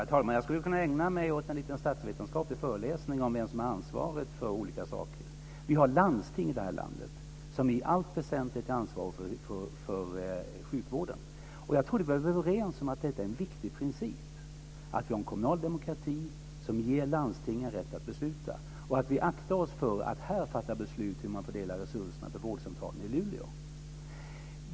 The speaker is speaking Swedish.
Herr talman! Jag skulle kunna ägna mig åt en liten statsvetenskaplig föreläsning om vem som är ansvarig för olika saker. Vi har landsting i det här landet som i allt väsentligt är ansvariga för sjukvården. Jag trodde att vi var överens om att det är en viktig princip att vi har en kommunal demokrati som ger landstingen rätt att besluta och att vi aktar för oss för att här fatta beslut om hur man fördelar resurserna till vårdcentralen i Luleå.